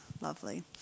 lovely